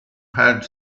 had